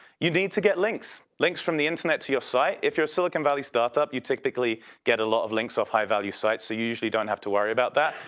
you need to get links, links from the internet to your site. if you're a silicon valley startup you technically get a lot of links off high value sites so you usually don't have to worry about that.